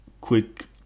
quick